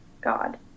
God